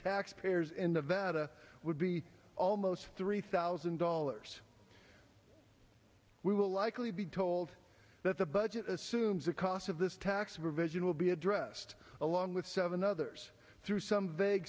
taxpayers in the vat a would be almost three thousand dollars we will likely be told that the budget assumes the cost of this tax provision will be addressed along with seven others through some